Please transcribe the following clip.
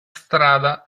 strada